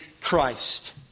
Christ